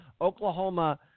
Oklahoma